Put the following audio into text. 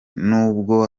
nubwo